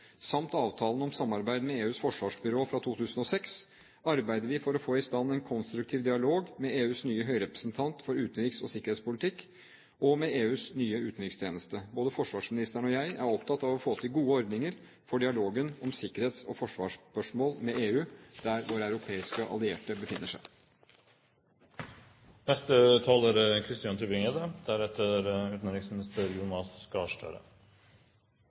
samt avtalen om samarbeid med EUs forsvarsbyrå fra 2006, arbeider vi for å få i stand en konstruktiv dialog med EUs nye høyrepresentant for utenriks- og sikkerhetspolitikk og med EUs nye utenrikstjeneste. Både forsvarsministeren og jeg er opptatt av å få til gode ordninger for dialogen om sikkerhets- og forsvarsspørsmål med EU, der våre europeiske allierte befinner seg. Jeg takker utenriksministeren for svaret, men jeg er